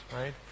right